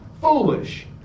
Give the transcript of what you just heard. foolish